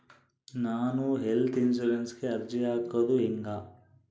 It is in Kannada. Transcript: ನಾನು ಹೆಲ್ತ್ ಇನ್ಸುರೆನ್ಸಿಗೆ ಅರ್ಜಿ ಹಾಕದು ಹೆಂಗ?